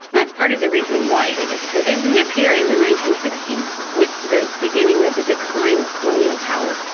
that's part of the reason why they disappear. they reappear in the nineteen sixty s with the beginning of the decline of colonial power,